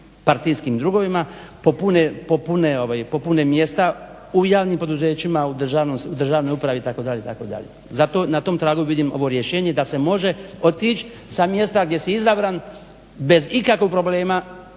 partijskim drugovima popune mjesta u javnim poduzećima u državnoj upravi itd. Na tom tragu vidim ovo rješenje da se može otići sa mjesta gdje si izabran bez ikakvog problema